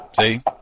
see